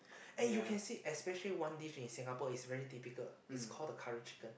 and you can see especially one dish is Singapore is really typical is call the curry chicken